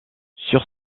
sur